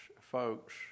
folks